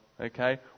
okay